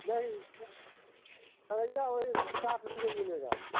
नहीं वो करैला वही साठ रुपय मिलेगा